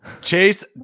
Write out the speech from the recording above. chase